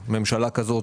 ממשלה כזו,